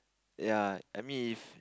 ya I mean if